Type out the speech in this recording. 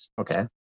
okay